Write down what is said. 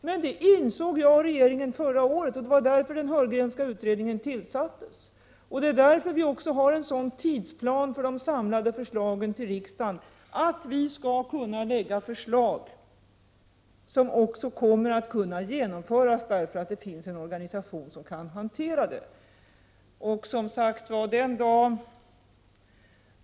Men detta insåg jag och regeringen förra året, och det var därför den Heurgrenska utredningen tillsattes. Det är också därför som vi har en sådan tidsplan för de samlade förslagen till riksdagen att vi skall kunna lägga fram förslag, som också kommer att kunna genomföras genom att det finns en organisation som kan hantera det hela.